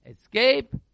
Escape